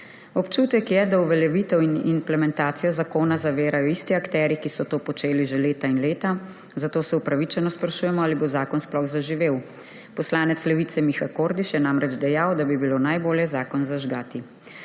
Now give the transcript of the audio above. Občutek je, da uveljavitev in implementacijo zakona zavirajo isti akterji, ki so to počeli že leta in leta, zato se upravičeno sprašujemo ali bo zakon sploh zaživel. Poslanec Levice Miha Kordiš je namreč dejal, da bi bilo najbolj zakon zažgati.